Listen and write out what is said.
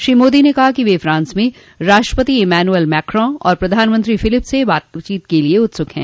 श्री मादी ने कहा कि वे फ्रांस में राष्ट्रपति इमैनुअल मैक्राँ और प्रधानमत्री फिलिप से बातचीत के लिए उत्सुक हैं